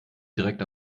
direkt